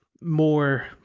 more